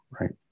right